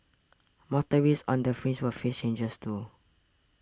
motorists on the fringe will face changes too